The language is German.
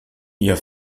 ihr